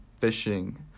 fishing